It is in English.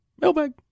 Mailbag